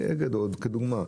לדוגמה,